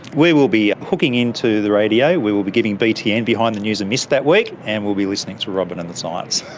we will be hooking into the radio, we will be giving btn, behind the news, a miss that week, and we will be listening to robyn and the science.